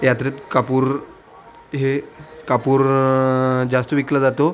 यात्रेत कापूर हे कापूर जास्त विकला जातो